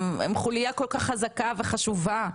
הם חולייה כל כך חזקה וחשובה,